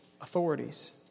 authorities